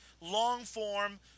long-form